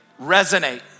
resonate